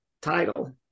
title